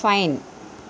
fine